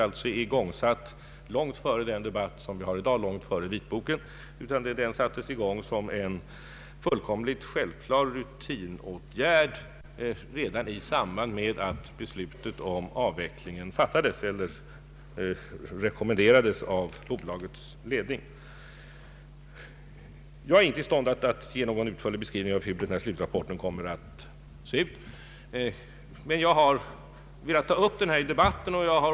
Arbetet sattes i gång som en självklar rutinåtgärd redan i samband med att avvecklingen rekommenderades av bolagets ledning långt före den debatt vi har i dag och långt före vitboken. Jag är inte i stånd att ge någon utförlig beskrivning av hur slutrapporten kommer att se ut, men jag har velat ta upp denna fråga i debatten. Jag har ock Ang.